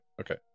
okay